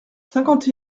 cinquante